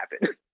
happen